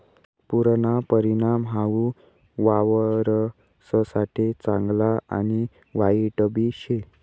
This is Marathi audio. पुरना परिणाम हाऊ वावरससाठे चांगला आणि वाईटबी शे